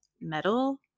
metal